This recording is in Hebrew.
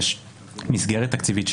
יש מסגרת תקציבית,